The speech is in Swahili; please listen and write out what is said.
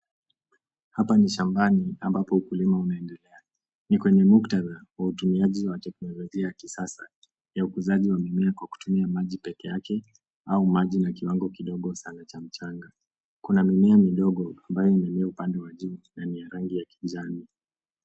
Hapa ni shambani ambapo ukulima unaendelea. Ni kwenye muktadha wa utumiaji wa teknolojia ya kisasa ya ukuzaji wa mimea kwa kutumia maji pekeake, au maji na kiwango kidogo sana cha mchanga. Kuna mimea midogo , ambayo imemea upande wa juu na ni ya rangi ya kijani.